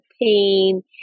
pain